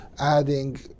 adding